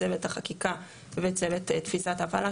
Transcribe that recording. צוות החקיקה וצוות תפיסת ההפעלה,